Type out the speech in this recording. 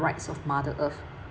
rights of mother earth